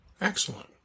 Excellent